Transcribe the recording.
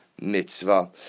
mitzvah